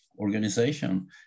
organization